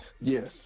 Yes